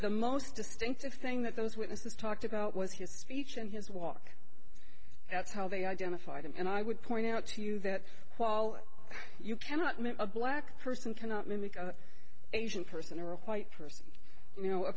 the most distinctive thing that those witnesses talked about was his speech and his walk that's how they identified him and i would point out to you that while you cannot make a black person cannot mimic an asian person or a white person you know a